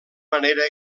manera